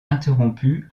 interrompu